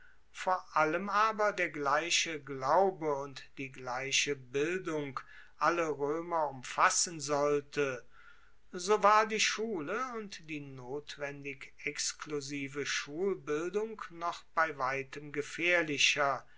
vor allem aber der gleiche glaube und die gleiche bildung alle roemer umfassen sollte so war die schule und die notwendig exklusive schulbildung noch bei weitem gefaehrlicher